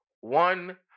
One